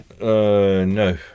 No